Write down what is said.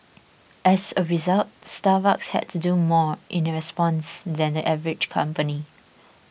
as a result Starbucks had to do more in response than the average company